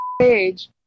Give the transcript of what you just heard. page